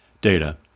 Data